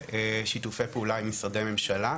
ושיתופי פעולה עם משרדי ממשלה.